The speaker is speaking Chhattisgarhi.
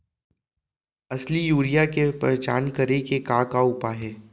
असली यूरिया के पहचान करे के का उपाय हे?